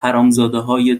حرامزادههای